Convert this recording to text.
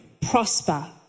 prosper